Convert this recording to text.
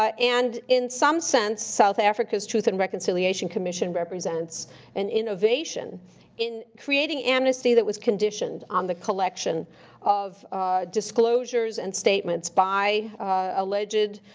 ah and in some sense, south africa's truth and reconciliation commission represents an innovation in creating amnesty that was conditioned on the collection of disclosures and statements by alleged